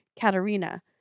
Katerina